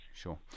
Sure